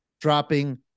dropping